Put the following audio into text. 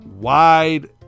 wide